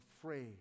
afraid